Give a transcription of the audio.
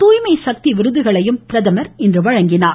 தூய்மை சக்தி விருதுகளையும் பிரதமர் வழங்கினார்